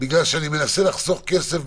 בגלל שאני מנסה לחסוך כסף,